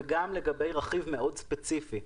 וגם לגבי רכיב מאוד ספציפי.